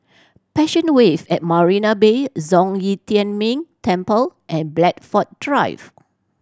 Passion Wave at Marina Bay Zhong Yi Tian Ming Temple and Blandford Drive